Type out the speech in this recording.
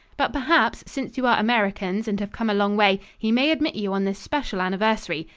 but perhaps, since you are americans and have come a long way, he may admit you on this special anniversary.